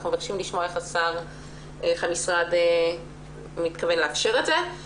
אנחנו מבקשים לשמוע איך המשרד מתכוון לאפשר את זה.